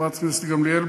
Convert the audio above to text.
חברת הכנסת גמליאל,